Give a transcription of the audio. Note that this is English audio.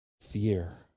fear